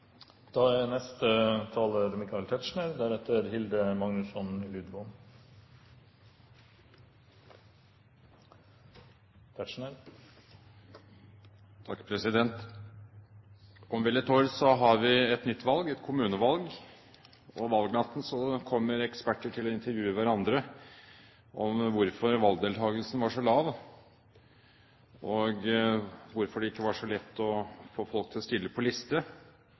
Om vel et år har vi et nytt valg, et kommunevalg. Valgnatten kommer eksperter til å intervjue hverandre om hvorfor valgdeltakelsen var så lav, og hvorfor det ikke var så lett å få folk til å stille på liste.